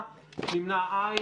הצבעה בעד, 5 נגד, 7 לא אושרה.